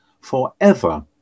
forever